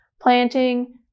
planting